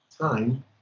time